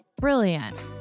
brilliant